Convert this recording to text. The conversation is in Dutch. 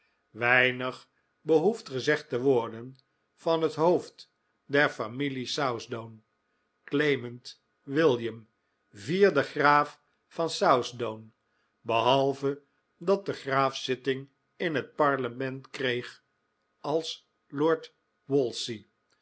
weinig behoeft gezegd te worden van het hoofd der familie southdown clement william vierden graaf van southdown behalve dat de graaf zitting in het parlement kreeg als lord wolsey